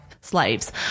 slaves